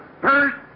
first